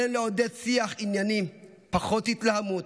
עלינו לעודד שיח ענייני, פחות התלהמות,